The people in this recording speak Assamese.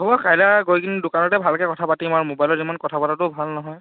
হ'ব কাইলৈ গৈ কিনি দোকানতে ভালকৈ কথা পাতিম আৰু মোবাইলত কথা পতাটোও ইমান ভাল নহয়